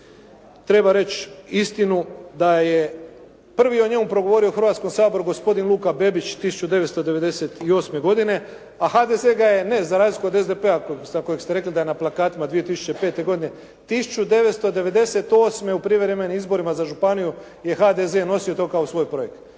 treba reći istinu da je prvi o njemu progovorio u Hrvatskom saboru gospodin Luka Bebić 1998. godine, a HDZ-a ga je ne za razliku od SDP-a za kojeg ste rekli da je na plakatima 2005. godine. 1998. u prijevremenim izborima za županiju je HDZ nosio to kao svoj projekat.